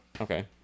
okay